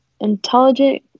intelligent